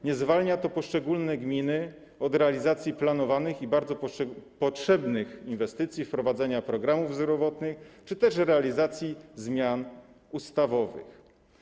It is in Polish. Nie zwalnia to poszczególnych gmin od realizacji planowanych i bardzo potrzebnych inwestycji, wprowadzenia programów zdrowotnych czy też realizacji zmian ustawowych.